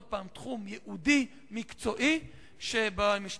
שוב, זה תחום ייעודי ומקצועי במשטרה.